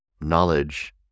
knowledge